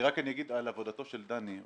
רק אגיד על עבודתו של דני,